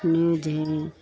news हैं